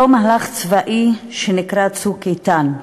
אותו מהלך צבאי שנקרא "צוק איתן".